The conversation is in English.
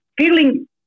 feeling